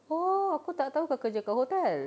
oh aku tak tahu kau kerja kat hotel